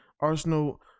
Arsenal